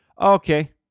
Okay